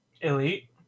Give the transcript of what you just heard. Elite